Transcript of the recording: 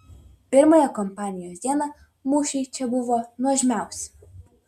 pirmąją kampanijos dieną mūšiai čia buvo nuožmiausi